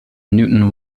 newton